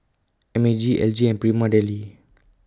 M A G L G and Prima Deli